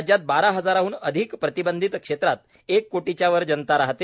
राज्यात बारा हजारांहन अधिक प्रतिबंधित क्षेत्रात एक कोटींच्या वर जनता राहते